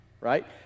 right